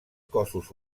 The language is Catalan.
cossos